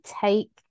take